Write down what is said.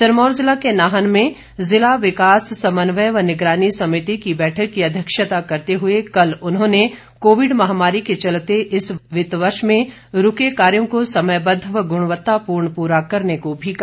सिरमौर जिला के नाहन में जिला विकास समन्वय व निगरानी समिति की बैठक की अध्यक्षता करते हुए कल उन्होंने कोविड महामारी के चलते इस वित्त वर्ष में रूके कार्यो को समयबद्ध व गुणवत्तापूर्वक पूरा करने को भी कहा